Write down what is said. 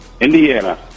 Indiana